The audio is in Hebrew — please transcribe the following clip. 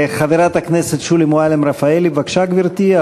חברת הכנסת שולי מועלם-רפאלי, בבקשה, גברתי.